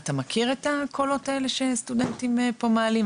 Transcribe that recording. אתה מכיר את הקולות האלה שהסטודנטים פה מעלים?